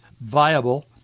viable